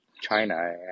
China